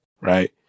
right